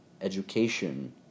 education